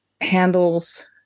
handles